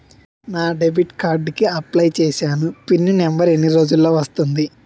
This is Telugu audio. నా డెబిట్ కార్డ్ కి అప్లయ్ చూసాను పిన్ నంబర్ ఎన్ని రోజుల్లో వస్తుంది?